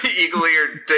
eagle-eared